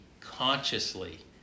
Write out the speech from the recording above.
consciously